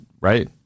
right